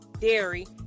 dairy